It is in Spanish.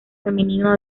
femenino